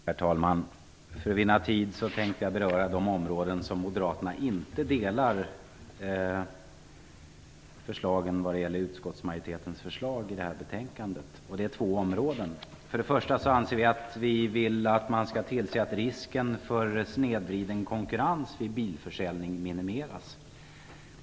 Herr talman! För att vinna tid tänker jag beröra de förslag från utskottsmajoriteten i betänkandet som moderaterna inte delar. Det är fråga om två områden. För det första vill vi att man skall tillse att risken för snedvriden konkurrens vid bilförsäljning minimeras.